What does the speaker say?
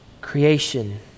Creation